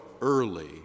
early